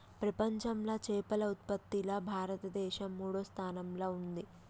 ప్రపంచంలా చేపల ఉత్పత్తిలా భారతదేశం మూడో స్థానంలా ఉంది